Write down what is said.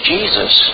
Jesus